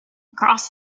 across